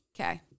okay